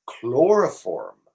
chloroform